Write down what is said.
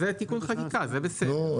זה תיקון חקיקה, זה בסדר.